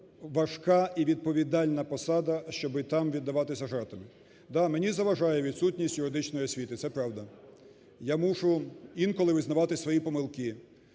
важка і відповідальна посада, щоби там віддаватися жартам. Да, мені заважає відсутність юридичної освіти, це правда. Я мушу інколи визнавати свої помилки.